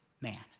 man